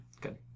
Good